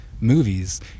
movies